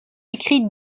écrit